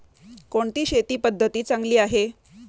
कोणती शेती पद्धती चांगली आहे?